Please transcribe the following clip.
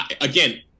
again